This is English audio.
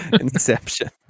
Inception